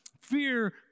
Fear